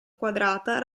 quadrata